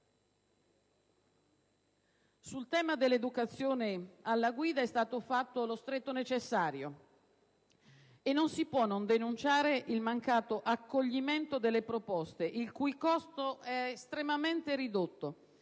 Sul tema dell'educazione alla guida è stato fatto lo stretto necessario e non si può non denunciare il mancato accoglimento delle proposte, il cui costo è estremamente ridotto,